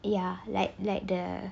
ya like like the